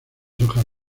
hojas